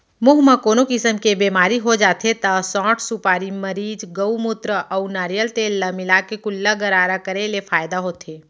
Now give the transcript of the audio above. मुंह म कोनो किसम के बेमारी हो जाथे त सौंठ, सुपारी, मरीच, गउमूत्र अउ नरियर तेल ल मिलाके कुल्ला गरारा करे ले फायदा होथे